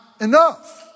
enough